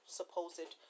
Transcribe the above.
supposed